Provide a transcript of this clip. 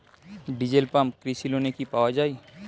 Diesel pump কৃষি লোনে কি পাওয়া য়ায়?